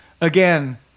again